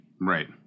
right